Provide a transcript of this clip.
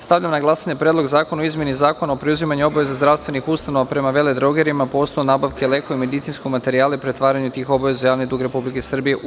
Stavljam na glasanje Predlog zakona o izmeni zakona o preuzimanju obaveza zdravstvenih ustanova prema veledrogerijama po osnovu nabavke lekova i medicinskog materijala i pretvaranju tih obaveza u javni dug Republike Srbije, u